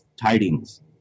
tidings